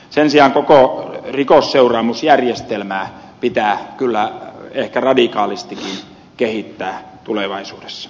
sen sijaan koko rikosseuraamusjärjestelmää pitää kyllä ehkä radikaalistikin kehittää tulevaisuudessa